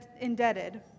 indebted